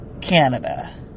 Canada